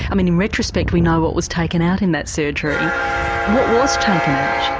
i mean in retrospect we know what was taken out in that surgery what was taken out?